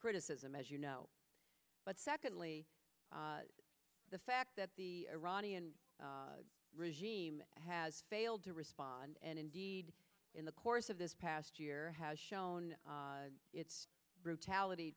criticism as you know but secondly the fact that the iranian regime has failed to respond and indeed in the course of this past year has shown its brutality